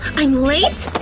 i'm late!